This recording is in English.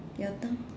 your turn